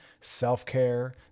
self-care